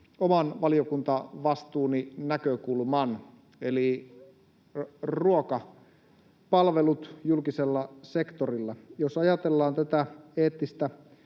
oman valiokuntavastuuni näkökulman eli ruokapalvelut julkisella sektorilla. Jos ajatellaan tätä eettistä